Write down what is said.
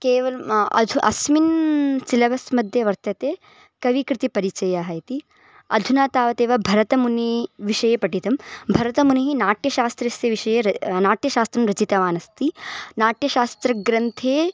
केवलम् अधुना अस्मिन् सिलबस्मध्ये वर्तते कविकृतेः परिचयः इति अधुना तावदेव भरतमुनिं विषये पठितं भरतमुनिः नाट्यशास्त्रस्य विषये र नाट्यशास्त्रं रचितवानस्ति नाट्यशास्त्रग्रन्थे